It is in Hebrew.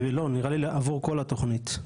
לא, נראה לי עבור כל התוכנית,